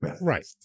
right